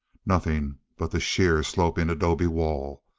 nothing but the sheer, sloping adobe wall,